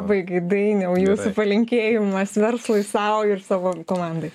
baigai dainiau jūsų palinkėjimas verslui sau ir savo komandai